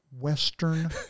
western